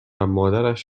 مادرش